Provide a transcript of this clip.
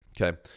Okay